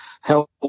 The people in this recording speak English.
help